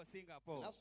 Singapore